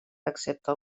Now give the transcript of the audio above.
excepte